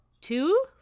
two